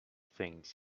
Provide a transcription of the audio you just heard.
things